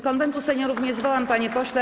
Konwentu Seniorów nie zwołam, panie pośle.